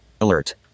Alert